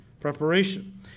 preparation